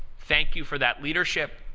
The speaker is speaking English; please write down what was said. thank you for that leadership.